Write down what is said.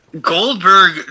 Goldberg